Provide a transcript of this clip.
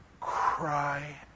cry